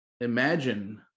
Imagine